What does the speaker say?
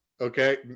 Okay